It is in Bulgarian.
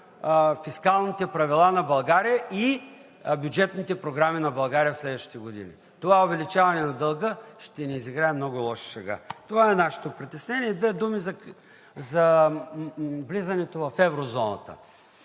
фискалните правила на България и бюджетните програми на България в следващите години. Това увеличаване на дълга ще ни изиграе много лоша шега. Това е нашето притеснение. И две думи за влизането в еврозоната.